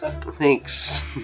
thanks